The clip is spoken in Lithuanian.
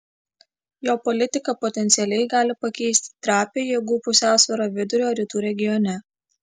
jo politika potencialiai gali pakeisti trapią jėgų pusiausvyrą vidurio rytų regione